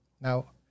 Now